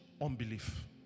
Unbelief